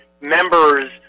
members